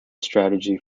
strategy